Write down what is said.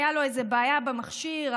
הייתה לו בעיה במכשיר,